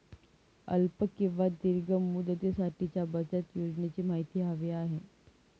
अल्प किंवा दीर्घ मुदतीसाठीच्या बचत योजनेची माहिती हवी आहे